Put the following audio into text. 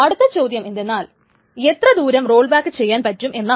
അടുത്ത ചോദ്യം എന്തെന്നാൽ എത്രദൂരം റോൾ ബാക്ക് ചെയ്യാൻ പറ്റും എന്നാണ്